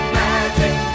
magic